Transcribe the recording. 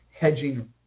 hedging